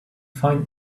find